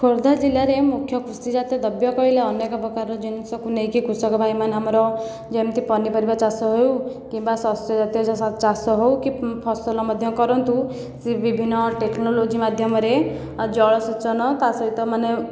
ଖୋର୍ଦ୍ଧା ଜିଲ୍ଲାରେ ମୁଖ୍ୟ କୃଷିଜାତୀୟ ଦ୍ରବ୍ୟ କହିଲେ ଅନେକ ପ୍ରକାରର ଜିନିଷକୁ ନେଇକି କୃଷକ ଭାଇମାନେ ଆମର ଯେମିତି ପନିପରିବା ଚାଷ ହେଉ କିମ୍ବା ଶସ୍ୟ ଜାତୀୟ ଚାଷ ହେଉ କି ଫସଲ ମଧ୍ୟ କରନ୍ତୁ ସେ ବିଭିନ୍ନ ଟେକ୍ନୋଲୋଜି ମାଧ୍ୟମରେ ଜଳସେଚନ ତା ସହିତ ମାନେ